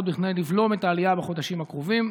כדי לבלום את העלייה בחודשים הקרובים?